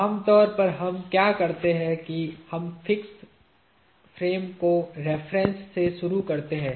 आमतौर पर हम क्या करते हैं कि हम फिक्स्ड फ्रेम को रेफरेन्स से शुरू करते हैं